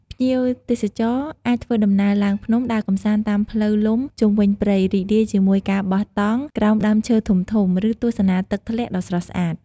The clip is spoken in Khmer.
ភ្ញៀវទេសចរណ៍អាចធ្វើដំណើរឡើងភ្នំ ដើរកម្សាន្តតាមផ្លូវលំជុំវិញព្រៃ រីករាយជាមួយការបោះតង់ក្រោមដើមឈើធំៗ ឬទស្សនាទឹកធ្លាក់ដ៏ស្រស់ស្អាត។